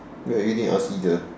well you didn't ask either